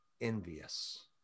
envious